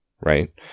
right